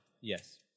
Yes